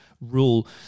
rule